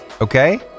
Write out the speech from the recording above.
okay